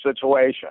situation